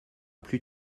plus